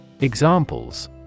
Examples